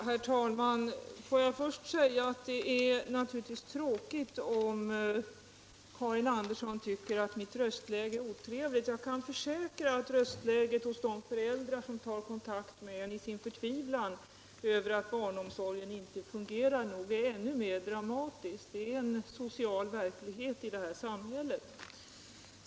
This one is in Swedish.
Herr talman! Det är naturligtvis tråkigt om Karin Andersson tycker att mitt röstläge är otrevligt. Men jag kan försäkra att röstläget hos de föräldrar som tar kontakt med en i sin förtvivlan över att barnomsorgen inte fungerar är ännu mer dramatiskt. Detta är en social verklighet i det här samhället.